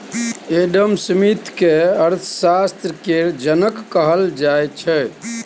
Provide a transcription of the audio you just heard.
Adam Smith केँ अर्थशास्त्र केर जनक कहल जाइ छै